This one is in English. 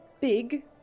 big